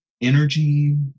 energy